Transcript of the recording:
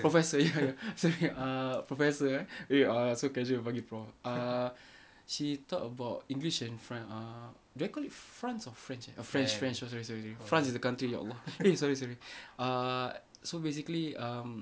professor ya sorry err professor ah eh ah so casual panggil prof uh she talk about english in fren~ uh do I call it france or french french french sorry sorry sorry sorry france is the country ya allah eh sorry sorry err so basically um